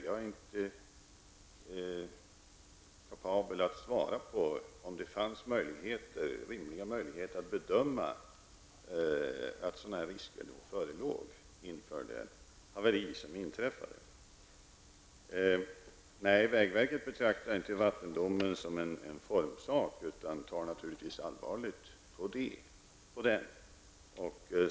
Jag är inte kapabel att svara på om det fanns rimliga möjligheter att bedöma att sådana här risker förelåg innan haveriet inträffade. Nej, vägverket betraktar inte vattendomar som en formsak, utan tar naturligtvis allvarligt på den.